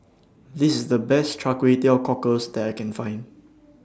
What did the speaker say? This The Best Kway Teow Cockles that I Can Find